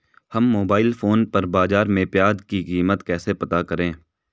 हम mobile phone पर बाज़ार में प्याज़ की कीमत कैसे पता करें?